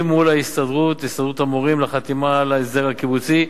סגן שר האוצר יצחק כהן: תודה לחבר הכנסת נחמן שי.